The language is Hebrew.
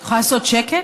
את יכולה לעשות שקט?